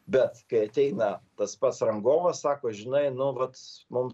bet kai ateina tas pats rangovas sako žinai nu vat mum